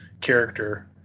character